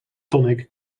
tonic